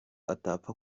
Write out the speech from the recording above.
atapfa